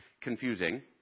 Confusing